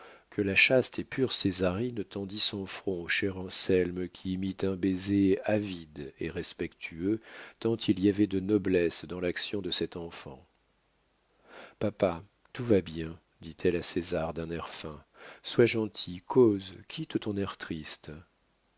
que la chaste et pure césarine tendit son front au cher anselme qui y mit un baiser avide et respectueux tant il y avait de noblesse dans l'action de cette enfant papa tout va bien dit-elle à césar d'un air fin sois gentil cause quitte ton air triste